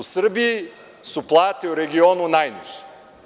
U Srbiji su plate u regionu najniže.